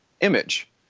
image